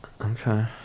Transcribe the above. okay